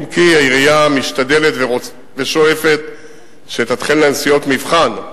אם כי העירייה משתדלת ושואפת שתתחלנה נסיעות מבחן,